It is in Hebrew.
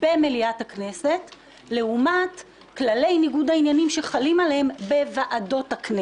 זה לעניין ההבדל בין הוועדה למליאה.